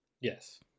Yes